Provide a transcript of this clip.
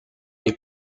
les